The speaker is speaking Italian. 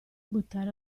buttare